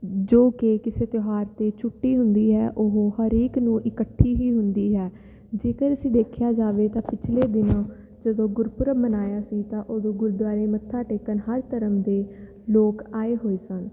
ਜੋ ਕਿ ਕਿਸੇ ਤਿਉਹਾਰ 'ਤੇ ਛੁੱਟੀ ਹੁੰਦੀ ਹੈ ਉਹ ਹਰੇਕ ਨੂੰ ਇਕੱਠੀ ਹੀ ਹੁੰਦੀ ਹੈ ਜੇਕਰ ਅਸੀਂ ਦੇਖਿਆ ਜਾਵੇ ਤਾਂ ਪਿਛਲੇ ਦਿਨਾਂ ਜਦੋਂ ਗੁਰਪੁਰਬ ਮਨਾਇਆ ਸੀ ਤਾਂ ਉਦੋਂ ਗੁਰਦੁਆਰੇ ਮੱਥਾ ਟੇਕਣ ਹਰ ਧਰਮ ਦੇ ਲੋਕ ਆਏ ਹੋਏ ਸਨ